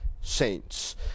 saints